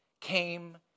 came